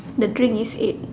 the drink is eight